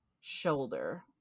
shoulder